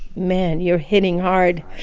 man, you're hitting hard